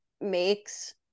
makes